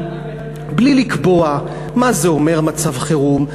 בלי לקבוע מה זה אומר מצב חירום,